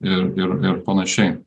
ir ir ir panašiai